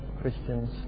Christians